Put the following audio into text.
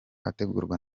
ategurwa